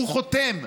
הוא חותם,